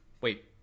wait